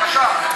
בבקשה.